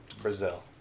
Brazil